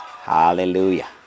Hallelujah